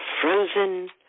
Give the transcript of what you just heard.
frozen